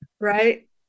right